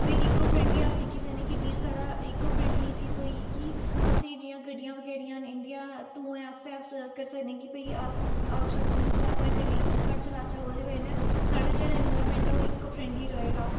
फिर eco friendly अस दिक्खी सकने कि जि'यां साढ़ा इको फ्रेंडली चीज़ होई कि असें जि'यां गड्डियां बगैरा न इं'दियां धूंएं आस्तै अस करी सकने कि भई अग्ग शग्ग निं जलाचै गड्डियां घट्ट चलाचै ओह्दी बजह् नै साढ़े जेह्ड़ा एनवायरमेंट ऐ ओह् इको फ्रेंडली रहे गा